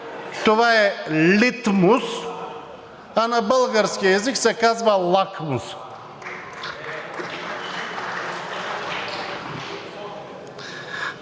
това е литмус, а на български език се казва лакмус.